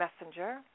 messenger